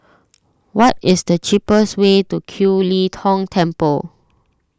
what is the cheapest way to Kiew Lee Tong Temple